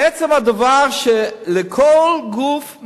עצם הדבר שלכל גוף,